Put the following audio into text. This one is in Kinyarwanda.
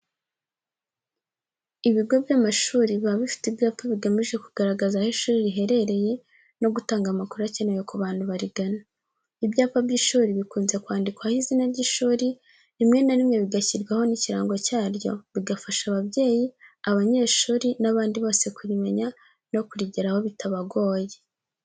Ibigo by'amashuri biba bifite ibyapa bigamije kugaragaza aho ishuri riherereye no gutanga amakuru akenewe ku bantu barigana. Ibyapa by'ishuri bikunze kwandikwaho izina ry'ishuri, rimwe na rimwe bigashyirwaho n'ikirango cyaryo, bigafasha ababyeyi, abanyeshuri n'abandi bose kurimenya, no kurigeraho bitabagoye.